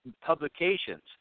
publications